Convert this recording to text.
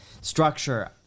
structure